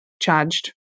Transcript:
charged